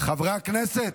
חברי הכנסת,